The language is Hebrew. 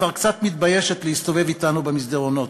כבר קצת מתביישת להסתובב אתנו במסדרונות.